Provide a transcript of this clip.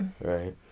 Right